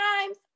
times